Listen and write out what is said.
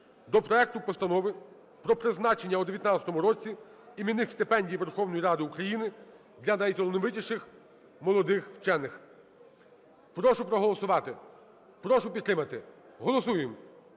до проекту Постанови про призначення у 2019 році іменних стипендій Верховної Ради України для найталановитіших молодих вчених. Прошу проголосувати. Прошу підтримати. Голосуємо.